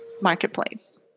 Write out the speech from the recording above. marketplace